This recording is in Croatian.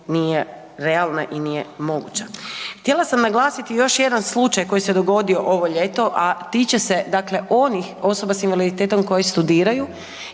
nije realna i nije moguća. Htjela sam naglasiti još jedan slučaj koji se dogodio ovo ljeto, a tiče se onih osoba s invaliditetom koje studiraju